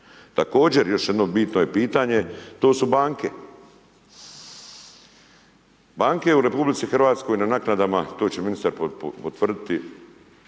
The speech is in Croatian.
Također još jedno je bitno pitanje, to su banke. Banke u RH, na naknadama, to će ministar potvrditi,